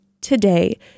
today